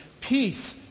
Peace